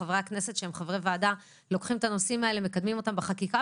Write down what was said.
חברי הכנסת שהם חברי וועדה לוקחים את הנושאים האלה ומקדמים אותם בחקיקה,